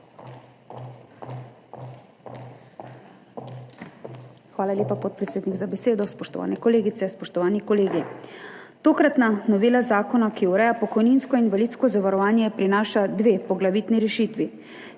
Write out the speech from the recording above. Hvala lepa, podpredsednik, za besedo. Spoštovane kolegice, spoštovani kolegi! Tokratna novela zakona, ki ureja pokojninsko in invalidsko zavarovanje, prinaša dve poglavitni rešitvi,